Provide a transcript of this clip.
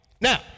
Now